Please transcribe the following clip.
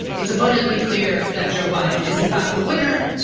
it's abundantly clear that joe biden is in fact the winner.